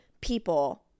people